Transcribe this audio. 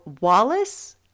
Wallace